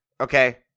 okay